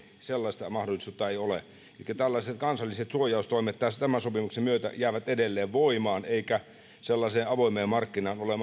sellaista mahdollisuutta ei ole elikkä tällaiset kansalliset suojaustoimet tämän sopimuksen myötä jäävät edelleen voimaan eikä sellaiseen avoimeen markkinaan ole